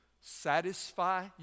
satisfy